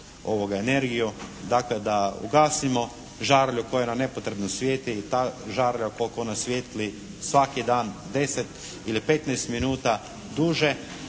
energiju, dakle da ugasimo žarulju koja nam nepotrebno svijetli i ta žarulja koliko ona svijetli svaki dan 10 ili 15 minuta duže